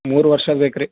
ಮೂರು ವರ್ಷ ಬೇಕು ರೀ